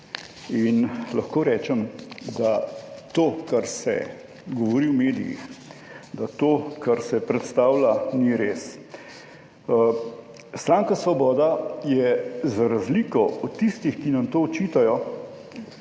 in lahko rečem, da to kar se govori v medijih, da to kar se predstavlja, ni res. Stranka Svoboda je za razliko od tistih, ki nam to očitajo,